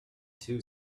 two